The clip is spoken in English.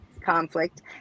conflict